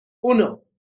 uno